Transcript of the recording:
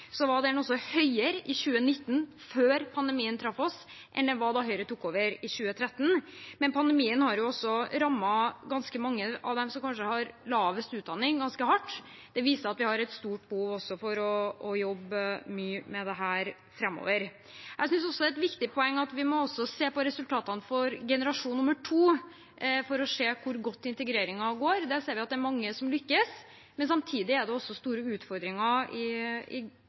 var den altså høyere i 2019, før pandemien traff oss, enn den var da Høyre tok over i 2013. Men pandemien har også rammet ganske mange av dem som kanskje har lavest utdanning, ganske hardt. Det viser at vi har et stort behov for også å jobbe mye med dette framover. Jeg synes det er et viktig poeng at vi også ser på resultatene for andregenerasjon for å se hvor godt integreringen går. Der ser vi at det er mange som lykkes, men samtidig er det også store utfordringer